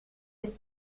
ist